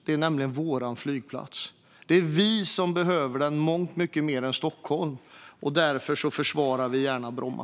Det är nämligen vår flygplats. Det är vi som behöver den mångt mycket mer än Stockholm, och därför försvarar vi gärna Bromma.